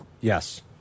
Yes